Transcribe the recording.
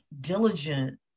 diligent